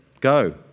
go